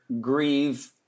grieve